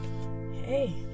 hey